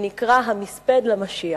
שנקרא "המספד בירושלים".